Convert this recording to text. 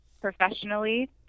professionally